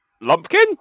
Lumpkin